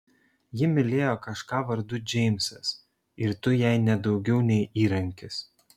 ji mylėjo kažką vardu džeimsas ir tu jai ne daugiau nei įrankis